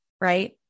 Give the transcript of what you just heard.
right